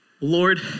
Lord